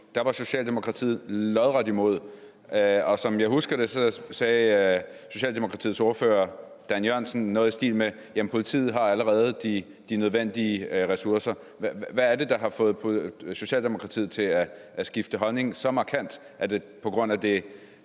var Socialdemokratiet lodret imod. Som jeg husker det, sagde Socialdemokratiets ordfører, hr. Dan Jørgensen, noget i stil med, at politiet allerede har de nødvendige ressourcer. Hvad er det, der har fået Socialdemokratiet til at skifte holdning så markant? Er det på